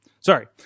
sorry